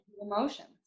emotions